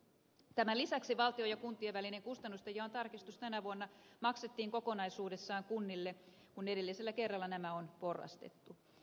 tämän lisäksi valtion ja kuntien välinen kustannustenjaon tarkistus tänä vuonna maksettiin kokonaisuudessaan kunnille kun edellisellä kerralla nämä on porrastettu